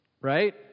Right